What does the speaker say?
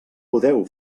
podeu